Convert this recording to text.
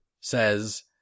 says